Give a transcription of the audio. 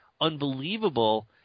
unbelievable